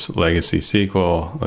legacy sequel,